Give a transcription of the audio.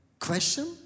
Question